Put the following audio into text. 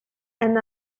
and